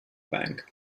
bank